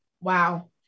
Wow